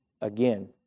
Again